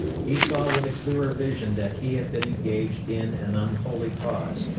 he saw with a clearer vision that he had been engaged in an unholy cause,